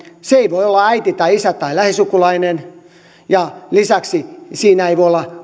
se ei voi olla äiti tai isä tai lähisukulainen ja lisäksi siinä ei voi olla